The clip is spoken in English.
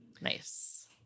nice